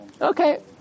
Okay